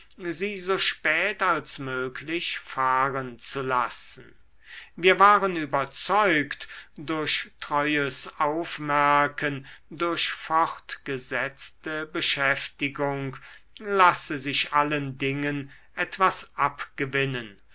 sie so spät als möglich fahren zu lassen wir waren überzeugt durch treues aufmerken durch fortgesetzte beschäftigung lasse sich allen dingen etwas abgewinnen